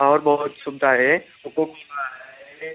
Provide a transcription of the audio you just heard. और बहुत सुविधा है कोको कोला है